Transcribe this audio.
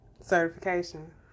Certification